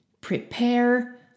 prepare